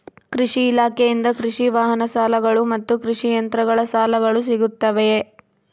ಕೃಷಿ ಇಲಾಖೆಯಿಂದ ಕೃಷಿ ವಾಹನ ಸಾಲಗಳು ಮತ್ತು ಕೃಷಿ ಯಂತ್ರಗಳ ಸಾಲಗಳು ಸಿಗುತ್ತವೆಯೆ?